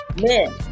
men